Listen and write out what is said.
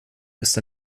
ist